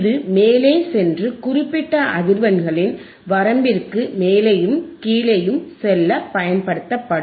இது மேலே சென்று குறிப்பிட்ட அதிர்வெண்களின் வரம்பிற்கு மேலேயும் கீழேயும் செல்ல பயன்படுத்தப்படும்